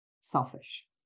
selfish